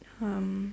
um